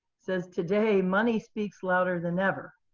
says today money speaks louder than ever.